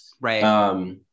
Right